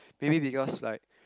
maybe because like